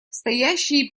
стоящие